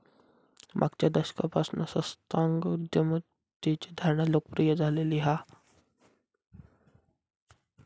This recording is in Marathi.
मागच्या दशकापासना संस्थागत उद्यमितेची धारणा लोकप्रिय झालेली हा